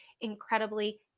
incredibly